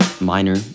minor